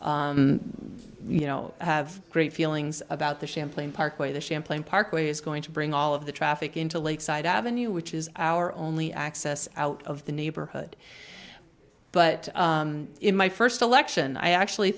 you know have great feelings about the champlain parkway the champlain parkway is going to bring all of the traffic into lakeside avenue which is our only access out of the neighborhood but in my first election i actually